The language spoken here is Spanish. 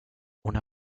una